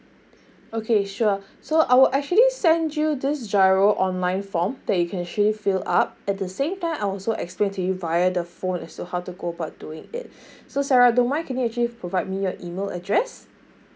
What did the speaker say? okay sure so I will actually send you this giro online form that you can actually fill up at the same time I also explain to you via the phone as to how to go about doing it so sarah don't mind can actually provide me your email address